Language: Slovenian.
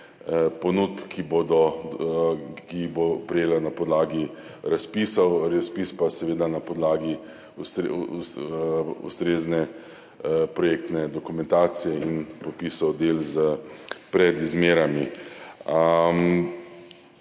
ponudb, ki jih bo prejela na podlagi razpisov, razpis pa seveda na podlagi ustrezne projektne dokumentacije in popisov del pred izmerami.